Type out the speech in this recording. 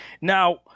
Now